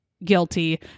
Guilty